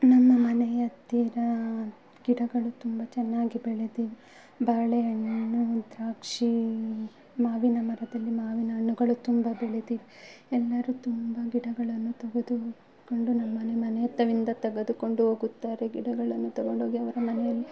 ನಮ್ಮ ಮನೆಯ ಹತ್ತಿರ ಗಿಡಗಳು ತುಂಬ ಚೆನ್ನಾಗಿ ಬೆಳೆದಿದೆ ಬಾಳೆ ಹಣ್ಣು ದ್ರಾಕ್ಷಿ ಮಾವಿನ ಮರದಲ್ಲಿ ಮಾವಿನ ಹಣ್ಣುಗಳು ತುಂಬ ಬೆಳೆದಿವೆ ಎಲ್ಲರೂ ತುಂಬ ಗಿಡಗಳನ್ನು ತೆಗೆದುಕೊಂಡು ನಮ್ಮ ಮನೆ ಮನೆ ಹತ್ತಿರದಿಂದ ತಗೆದುಕೊಂಡು ಹೋಗುತ್ತಾರೆ ಗಿಡಗಳನ್ನು ತೊಗೊಂಡೋಗಿ ಅವರ ಮನೆಯಲ್ಲಿ